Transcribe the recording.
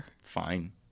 Fine